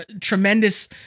tremendous